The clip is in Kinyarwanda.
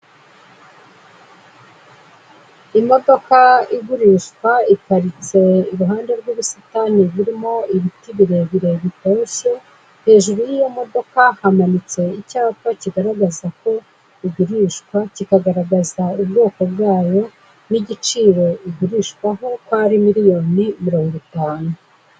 Imodoka igurishwa iparitse iruhande rw'ubusitani burimo ibiti birebire bitoshye, hejuru y'iyo modoka hamanitse icyapa kigaragaza ko igurishwa, kikagaragaza ubwoko bwayo n'igiciro igurishwaho ko ari miliyoni mirongo itanu.